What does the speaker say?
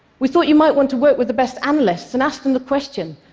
we thought you might want to work with the best analysts and ask them the question,